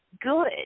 good